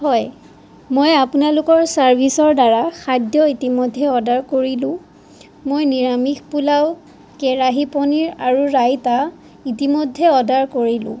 হয় মই আপোনালোকৰ চাৰ্ভিচৰ দ্বাৰা খাদ্য ইতিমেধ্যে অৰ্ডাৰ কৰিলোঁ মই নিৰামিষ পোলাও কেৰাহী পনীৰ আৰু ৰাইটা ইতিমধ্যে অৰ্ডাৰ কৰিলোঁ